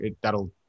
that'll